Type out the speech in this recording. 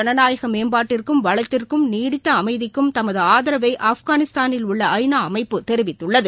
ஜனநாயகமேம்பாட்டிற்கும் ஆப்கானிஸ்தானின் வளத்திற்கும் நீடித்தஅமைதிக்கும் தமதுஆதரவைஆப்கானிஸ்தானில் உள்ள ஐ நா அமைப்பு தெிவித்துள்ளது